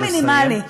פשוט מידע מינימלי.